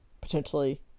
potentially